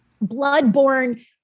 blood-borne